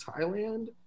Thailand